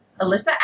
Alyssa